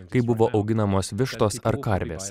kaip buvo auginamos vištos ar karvės